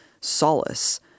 solace